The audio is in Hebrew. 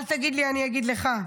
אל תגיד לי, אני אגיד לך: